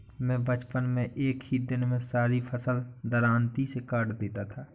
मैं बचपन में एक ही दिन में सारी फसल दरांती से काट देता था